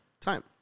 time